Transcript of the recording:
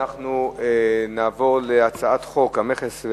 אנחנו נעבור להצעת חוק המכס,